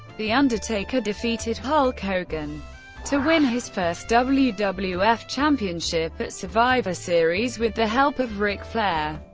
the undertaker defeated hulk hogan to win his first wwf wwf championship at survivor series with the help of ric flair,